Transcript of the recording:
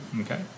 Okay